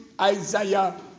Isaiah